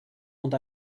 und